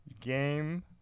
Game